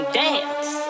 dance